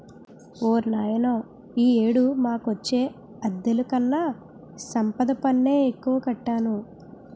ఓర్నాయనో ఈ ఏడు మాకొచ్చే అద్దెలుకన్నా సంపద పన్నే ఎక్కువ కట్టాను